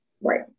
Right